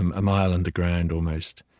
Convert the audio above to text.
and a mile underground, almost.